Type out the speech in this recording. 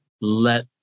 let